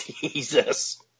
Jesus